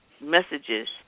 messages